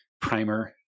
primer